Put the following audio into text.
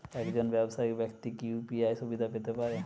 একজন ব্যাবসায়িক ব্যাক্তি কি ইউ.পি.আই সুবিধা পেতে পারে?